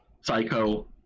psycho